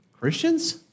Christians